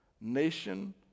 nation